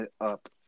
up